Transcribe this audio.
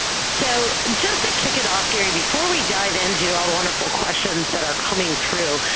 so just to kick it off, gary, before we dive into all the wonderful questions that are coming through,